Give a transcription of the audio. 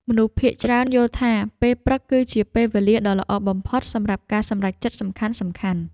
មនុស្សភាគច្រើនយល់ថា ពេលព្រឹកគឺជាពេលវេលាដ៏ល្អបំផុតសម្រាប់ការសម្រេចចិត្តសំខាន់ៗ។